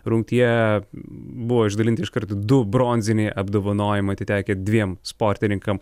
rungtyje buvo išdalinti iškart du bronziniai apdovanojimai atitekę dviem sportininkam